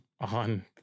on